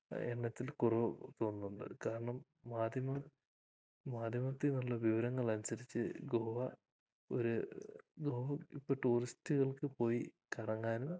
എണ്ണത്തിൽ കുറവ് തോന്നുന്നുണ്ട് കാരണം മാധ്യമങ്ങള് മാധ്യമത്തിൽ നിന്നുള്ള വിവരങ്ങളനുസരിച്ച് ഗോവ ഇവര് ഗോവ ഇപ്പം ടൂറിസ്റ്റ്കൾക്ക് പോയി കറങ്ങാനും